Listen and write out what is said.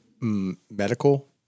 Medical